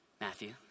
Matthew